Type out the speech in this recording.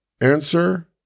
Answer